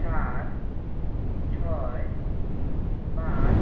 সাত ছয় পাঁচ